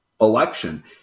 election